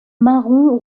marron